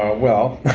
ah well,